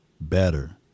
better